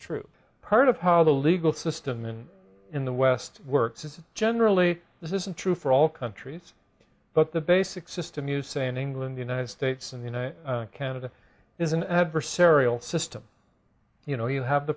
of how the legal system in the west works is generally this isn't true for all countries but the basic system you say in england united states and you know canada is an adversarial system you know you have the